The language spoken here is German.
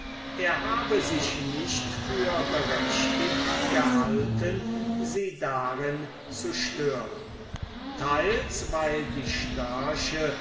er habe sich nicht für berechtigt gehalten sie darin zu stören teils weil die störche